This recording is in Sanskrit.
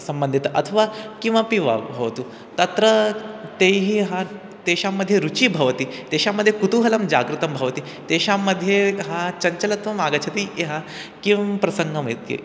सम्बन्धित अथवा किमपि वा भवतु तत्र तैः हा तेषाम्मध्ये रुचिः भवति तेषाम्मध्ये कुतुहलं जागृतं भवति तेषां मध्ये हा चञ्चलत्वम् आगच्छति यः किं प्रसङ्गम् इति